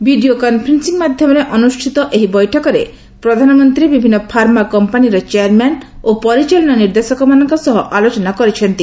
video conferencing ମାଧ୍ୟମରେ ଅନୁଷ୍ଠିତ ଏହି ବୈଠକରେ ପ୍ରଧାନମନ୍ତ୍ରୀ ବିଭିନ୍ନ ଫାର୍ମା କମ୍ପାନୀର ଚେୟାର୍ମ୍ୟାନ୍ ପରିଚାଳନା ନିର୍ଦ୍ଦେଶକମାନଙ୍କ ସହ ଆଲୋଚନା କରିଥିଲେ